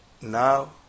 Now